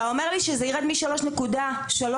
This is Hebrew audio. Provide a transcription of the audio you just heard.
זה יוריד אותנו ל-2.9 במקום 3.3. אתה אומר לי שזה ירד מ-3.3 ל-2.9.